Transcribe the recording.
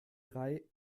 drei